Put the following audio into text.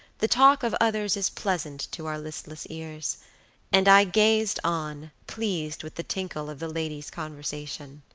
the talk of others is pleasant to our listless ears and i gazed on, pleased with the tinkle of the ladies' conversation.